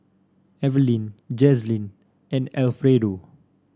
Evaline Jazlyn and Alfredo